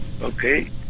Okay